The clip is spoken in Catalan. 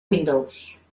windows